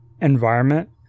environment